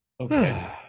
Okay